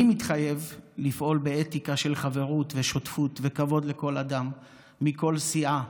אני מתחייב לפעול באתיקה של חברות ושותפות וכבוד לכל אדם מכל סיעה,